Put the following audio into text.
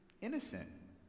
innocent